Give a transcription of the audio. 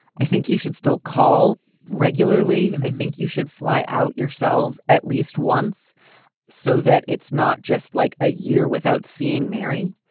i think you should still call regularly. i think you should fly out yourselves at least once so that it's not just like a year without seeing mary.